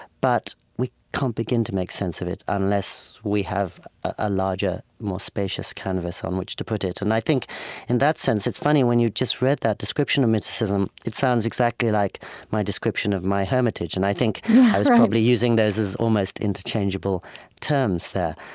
but we can't begin to make sense of it unless we have a larger, more spacious canvas on which to put it. and in and that sense, it's funny when you just read that description of mysticism, it sounds exactly like my description of my hermitage. and i think i was probably using those as almost interchangeable terms there.